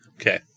Okay